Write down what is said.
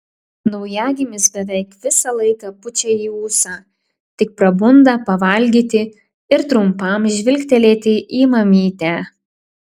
naujagimis beveik visą laiką pučia į ūsą tik prabunda pavalgyti ir trumpam žvilgtelėti į mamytę